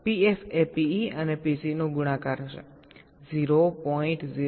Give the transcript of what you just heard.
PF એ PE અને PC નો ગુણાકાર હશે 0